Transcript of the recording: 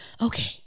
okay